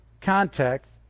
context